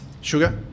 sugar